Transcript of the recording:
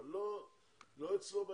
אבל לא אצלו ביחידה,